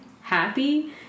happy